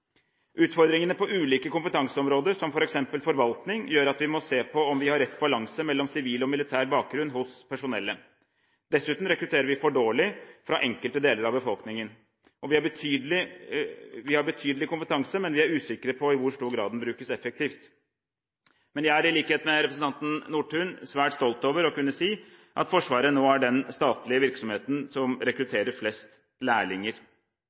Utfordringene på ulike kompetanseområder, som f.eks. forvaltning, gjør at vi må se på om vi har rett balanse mellom sivil og militær bakgrunn hos personellet. Dessuten rekrutterer vi for dårlig fra enkelte deler av befolkningen. Vi har betydelig kompetanse, men vi er usikre på i hvor stor grad den brukes effektivt. Men jeg er, i likhet med representanten Nordtun, svært stolt over å kunne si at Forsvaret nå er den statlige virksomheten som rekrutterer flest lærlinger.